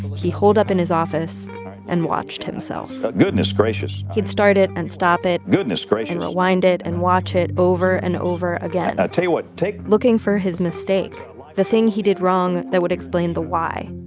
he holed up in his office and watched himself but goodness gracious he'd start it and stop it. goodness gracious. and rewind it and watch it over and over again. i'll tell you what. take. looking for his mistake the thing he did wrong that would explain the why.